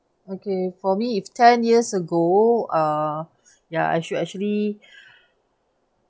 okay for me if ten years ago uh ya I should actually